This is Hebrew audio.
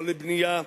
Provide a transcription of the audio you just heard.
לא לבנייה,